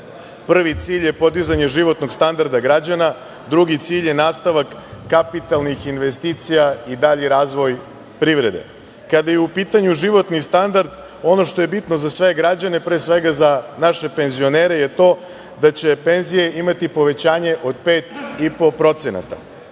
Prvi cilj je podizanje životnog standarda građana, drugi cilj je nastavak kapitalnih investicija i dalji razvoj privrede. Kada je u pitanju životni standard, ono što je bitno za sve građane pre svega za naše penzionere je to da će penzije imati povećanje od 5,5%,